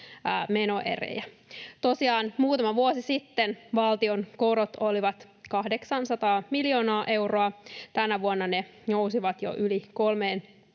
menoeriä. Tosiaan muutama vuosi sitten valtion korot olivat 800 miljoonaa euroa, tänä vuonna ne nousivat jo yli kolmeen